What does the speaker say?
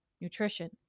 nutrition